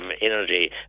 energy